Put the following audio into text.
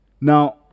Now